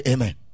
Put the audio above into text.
Amen